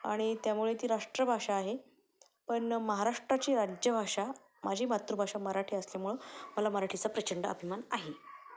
आणि त्यामुळे ती राष्ट्रभाषा आहे पण महाराष्ट्राची राज्यभाषा माझी मातृभाषा मराठी असल्यामुळं मला मराठीचा प्रचंड अभिमान आहे